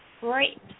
great